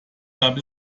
gab